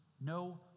no